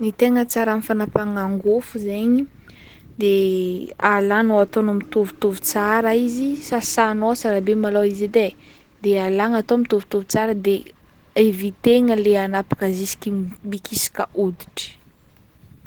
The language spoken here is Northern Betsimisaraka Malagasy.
Ny tegna tsara amin'ny fanapahagna angôfo zaigny de alanao ataonao mitovitovy tsara izy, sasanao tsara be malôha izy edy e de alagna atao mitovitovy tsara de evitegna le anapaka jusky mikisaka hôditry.